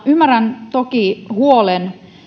ymmärrän toki huolen